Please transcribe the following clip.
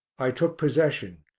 i took possession,